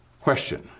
question